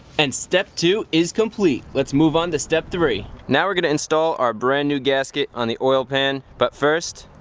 and step two is complete. let's move on to step three. now we're going to install our brand new gasket on the oil pan, but first,